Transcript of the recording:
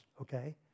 Okay